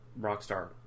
Rockstar